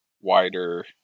wider